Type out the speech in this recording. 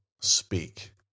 speak